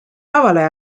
lavale